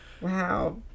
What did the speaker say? Wow